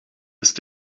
ist